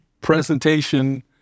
presentation